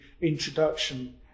introduction